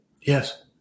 Yes